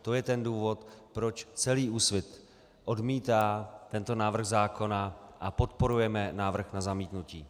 To je ten důvod, proč celý Úsvit odmítá tento návrh zákona a podporujeme návrh na zamítnutí.